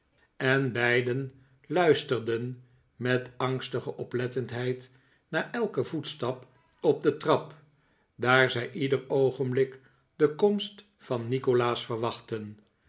en beiden luisterden met angstige oplettendheid naar elken voetstap op de trap daar zij ieder oogenblik de komst van nikolaas verwachtten